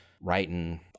writing